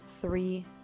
three